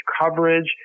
coverage